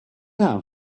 out